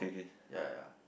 ya ya ya